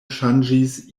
ŝanĝis